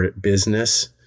business